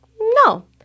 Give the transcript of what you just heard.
no